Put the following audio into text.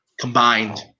combined